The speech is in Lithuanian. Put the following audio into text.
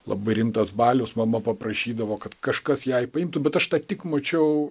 labai rimtas balius mama paprašydavo kad kažkas jai paimtų bet aš tą tik mačiau